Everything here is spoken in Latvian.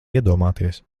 iedomāties